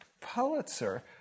Pulitzer